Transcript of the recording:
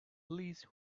least